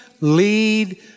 lead